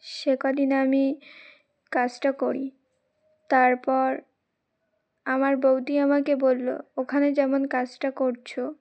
সে কদিন আমি কাজটা করি তারপর আমার বৌদি আমাকে বলল ওখানে যেমন কাজটা করছ